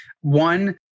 One